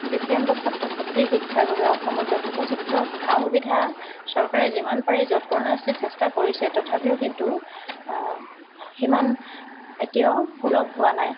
দিব্যাংগ ছাত্ৰ ছাত্ৰীৰ শিক্ষাৰ বাবে অসমত যথোপযক্ত সা সুবিধা চৰকাৰে যিমান পাৰে চেষ্টা কৰিছে তথাপিও কিন্তু সিমান এতিয়াও সুলভ হোৱা নাই